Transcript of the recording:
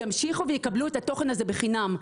ימשיכו ויקבלו את התוכן הזה בחינם.